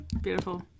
beautiful